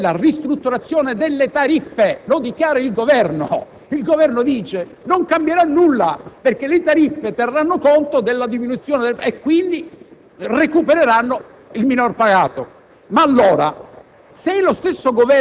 da un lato della ristrutturazione delle tariffe». Lo dichiara il Governo: non cambierà nulla, perché le tariffe terranno conto della diminuzione del costo e quindi recupereranno il minor pagato. Allora,